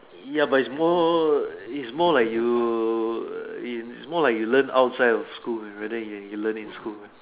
ya but its more it's more like you err it's more like you learn outside of school rather than you learn in school